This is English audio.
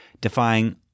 defying